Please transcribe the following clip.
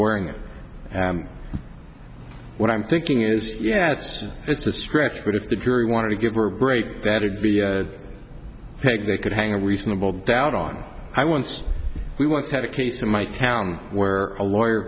wearing what i'm thinking is yes it's a stretch but if the jury wanted to give her a break that it be fake they could hang a reasonable doubt out on i once we once had a case in my town where a lawyer